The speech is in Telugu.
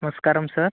నమస్కారం సార్